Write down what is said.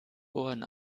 ohren